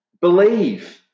believe